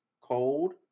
cold